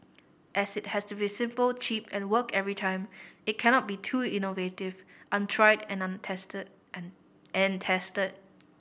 as it has to be simple cheap and work every time it cannot be too innovative untried and untested and and test